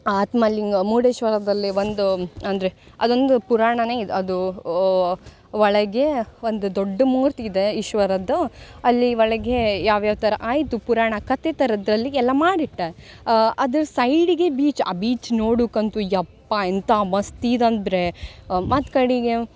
ಆತ್ಮಲಿಂಗ ಮುರ್ಡೇಶ್ವರದಲ್ಲೇ ಒಂದು ಅಂದರೆ ಅದೊಂದು ಪುರಾಣವೇ ಇದು ಅದು ಒಳಗೇ ಒಂದು ದೊಡ್ಡ ಮೂರ್ತಿ ಇದೆ ಈಶ್ವರದ್ದು ಅಲ್ಲಿ ಒಳಗೆ ಯಾವ್ಯಾವ ಥರ ಆಯಿತು ಪುರಾಣ ಕತೆ ಥರದಲ್ಲಿ ಎಲ್ಲ ಮಾಡಿಟ್ಟ ಅದರ ಸೈಡಿಗೆ ಬೀಚ್ ಆ ಬೀಚ್ ನೋಡುಕ್ಕಂತೂ ಯಪ್ಪಾ ಎಂಥ ಮಸ್ತೀದು ಅಂದರೆ ಮತ್ತು ಕಡೆಗೆ